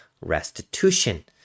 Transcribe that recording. restitution